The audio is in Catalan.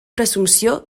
presumpció